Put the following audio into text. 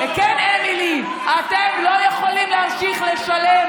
כן, אמילי, אתם לא יכולים להמשיך לשלם